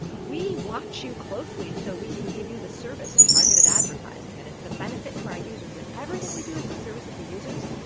we watch you closely, so we can give you the service of targeted advertising. and it's a benefit to our users. and everything we do is in service of the users.